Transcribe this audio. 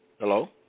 Hello